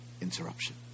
interruption